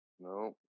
No